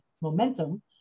momentum